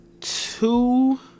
two